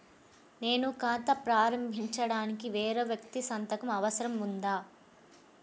నేను ఖాతా ప్రారంభించటానికి వేరే వ్యక్తి సంతకం అవసరం ఉందా?